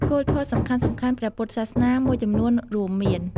គោលធម៌សំខាន់ៗព្រះពុទ្ធសាសនាមួយចំនួនរួមមាន។